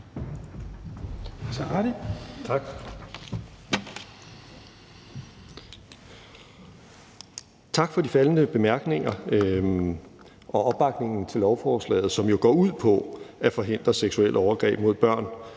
Tak for de faldne bemærkninger og for opbakningen til lovforslaget, som jo går ud på at forhindre seksuelle overgreb mod børn